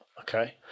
Okay